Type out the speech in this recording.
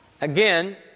Again